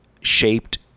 shaped